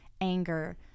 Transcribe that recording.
anger